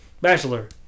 bachelor